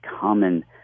common